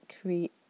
create